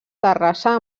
terrassa